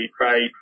Right